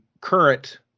current